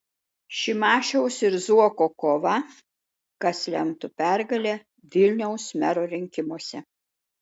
šimašiaus ir zuoko kova kas lemtų pergalę vilniaus mero rinkimuose